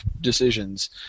decisions